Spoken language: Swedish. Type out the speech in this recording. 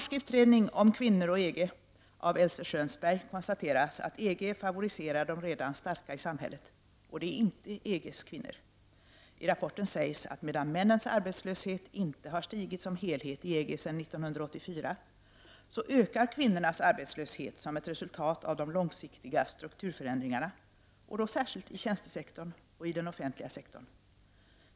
Skjönsberg konstateras att EG favoriserar de redan starka i samhället, och det är inte EGs kvinnor. I rapporten sägs att medan männens arbetslöshet inte har stigit som helhet i EG sedan 1984 så ökar kvinnornas arbetslöshet som ett resultat av de långsiktiga strukturförändringarna, och då särskilt i tjänstesektorn och i den offentliga sektorn.